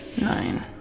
Nine